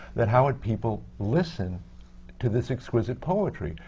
that how would people listen to this exquisite poetry?